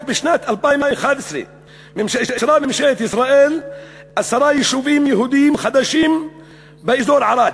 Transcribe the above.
רק בשנת 2011 אישרה ממשלת ישראל עשרה יישובים יהודיים חדשים באזור ערד.